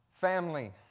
family